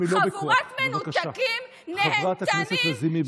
סדרניות, נא להוריד את חברת הכנסת לזימי.